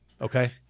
Okay